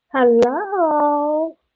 Hello